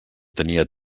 tenia